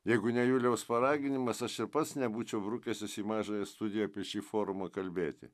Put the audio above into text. jeigu ne juliaus paraginimas aš ir pats nebūčiau brukęsis į mažąją studiją apie šį forumą kalbėti